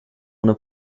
ohne